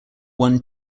won